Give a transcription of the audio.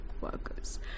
Workers